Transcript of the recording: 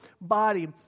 body